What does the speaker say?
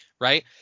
right